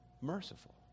merciful